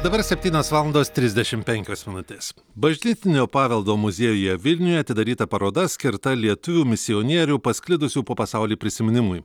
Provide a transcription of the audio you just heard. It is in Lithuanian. dabar septynios valandos trisdešim penkios minutės bažnytinio paveldo muziejuje vilniuje atidaryta paroda skirta lietuvių misionierių pasklidusių po pasaulį prisiminimui